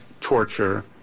torture